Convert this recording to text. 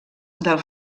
del